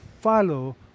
follow